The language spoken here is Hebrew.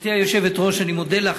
גברתי היושבת-ראש, אני מודה לך.